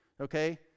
okay